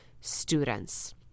students